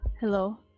Hello